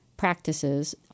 practices